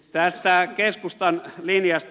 tästä keskustan linjasta